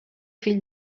fill